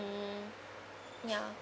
mm ya